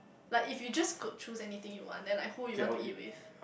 like if you just could choose anything you want then like who you want to eat with